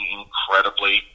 incredibly